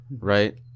Right